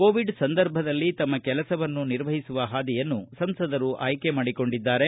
Covid ಸಂದರ್ಭದಲ್ಲಿ ತಮ್ಮ ಕೆಲಸವನ್ನು ನಿರ್ವಹಿಸುವ ಹಾದಿಯನ್ನು ಸಂಸದರು ಆಯ್ಲೆ ಮಾಡಿಕೊಂಡಿದ್ದಾರೆ